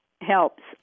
helps